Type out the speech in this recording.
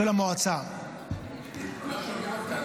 להתעדכן מהחדשות שמגיעות מבחוץ.